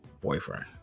boyfriend